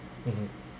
mm